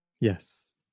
Yes